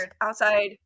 outside